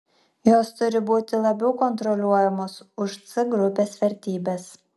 jos turi būti labiau kontroliuojamos už c grupės vertybes